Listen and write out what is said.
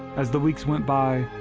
as the weeks went by,